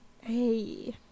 hey